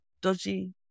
dodgy